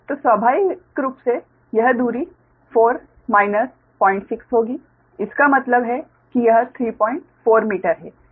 तो स्वाभाविक रूप से यह दूरी 4 माइनस 06 होगी इसका मतलब है कि यह 34 मीटर है